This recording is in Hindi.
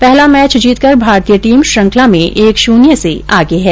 पहला मैच जीतकर भारतीय टीम श्रृंखला में एक श्रन्य से आगे है